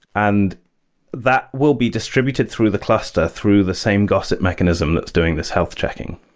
and that will be distributed through the cluster through the same gossip mechanism that's doing this health checking,